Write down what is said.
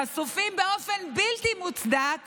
חשופים באופן בלתי מוצדק